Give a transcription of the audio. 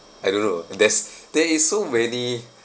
I don't know ah there's there is so many